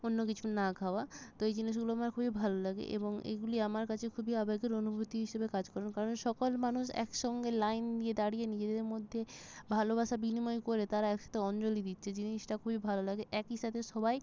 অন্য কিছু না খাওয়া তো এই জিনিসগুলো আমার খুবই ভালো লাগে এবং এইগুলি আমার কাছে খুবই আবেগ আর অনুভূতি হিসাবে কাজ করে কারণ সকল মানুষ একসঙ্গে লাইন দিয়ে দাঁড়িয়ে নিজেদের মধ্যে ভালোবাসা বিনিময় করে তারা একসাথে অঞ্জলি দিচ্ছে জিনিসটা খুবই ভালো লাগে একই সাথে সবাই